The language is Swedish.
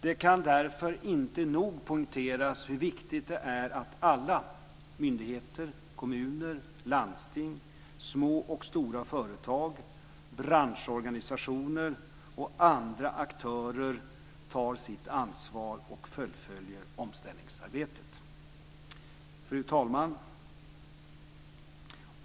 Det kan därför inte nog poängteras hur viktigt det är att alla - myndigheter, kommuner, landsting, små och stora företag, branschorganisationer och andra aktörer - tar sitt ansvar och fullföljer omställningsarbetet. Fru talman!